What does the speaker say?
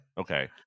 Okay